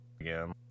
again